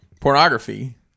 pornography